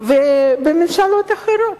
ובממשלות אחרות?